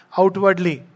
outwardly